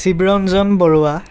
Shivranjan Barua